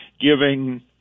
giving